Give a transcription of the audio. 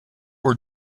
were